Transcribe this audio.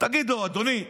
תגיד לו: אדוני,